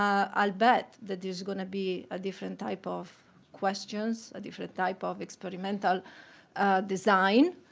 um i'll bet that there's going to be a different type of questions, a different type of experimental design,